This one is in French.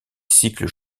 cycles